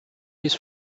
his